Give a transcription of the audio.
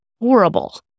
horrible